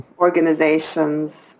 organizations